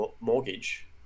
mortgage